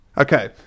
Okay